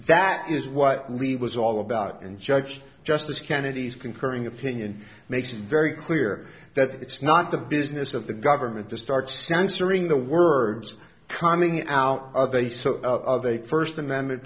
that is what lee was all about and judge justice kennedy's concurring opinion makes it very clear that it's not the business of the government to start censoring the words coming out of a so of a first amendment